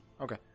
Okay